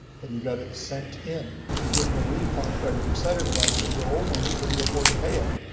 have you got it sent in? if you're getting a refund, are you excited about it? if you owe money, can you afford to pay it?